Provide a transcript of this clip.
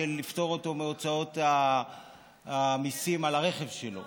לפטור אותו מהוצאות המיסים על הרכב שלו.